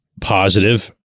positive